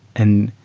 and